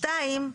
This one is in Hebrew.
שתיים,